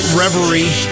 reverie